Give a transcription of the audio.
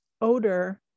odor